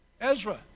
Ezra